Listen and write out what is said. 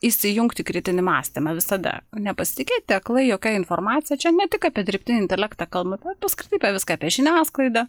įsijungti kritinį mąstymą visada nepasitikėti aklai jokia informacija čia ne tik apie dirbtinį intelektą kalbu apie apskritai viską apie žiniasklaidą